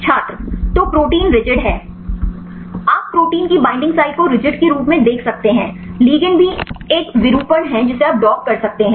छात्र तो protein rigid है आप प्रोटीन की बैईंडिंग साइट को रिजिड के रूप में देख सकते हैं लिगैंड भी एक विरूपण है जिसे आप डॉक कर सकते हैं